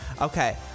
Okay